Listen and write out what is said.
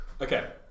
okay